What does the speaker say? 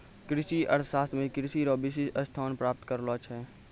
कृषि अर्थशास्त्र मे कृषि रो विशिष्ट स्थान प्राप्त करलो छै